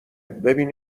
ببین